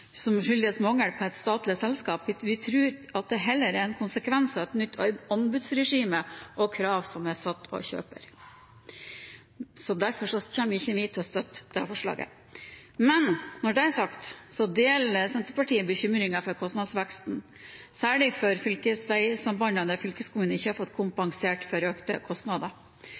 kostnadsveksten skyldes mangelen på et statlig selskap. Vi tror det heller er en konsekvens av et nytt anbudsregime og krav som er satt av kjøper. Derfor kommer vi ikke til å støtte forslaget. Men når det er sagt, deler Senterpartiet bekymringen for kostnadsveksten, særlig for fylkesveisambandene der fylkeskommunen ikke har fått kompensert for økte kostnader.